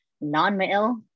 non-male